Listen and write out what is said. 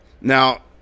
Now